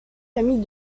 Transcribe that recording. famille